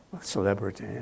celebrity